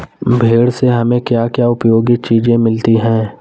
भेड़ से हमें क्या क्या उपयोगी चीजें मिलती हैं?